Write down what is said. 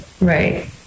right